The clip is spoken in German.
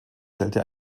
stellte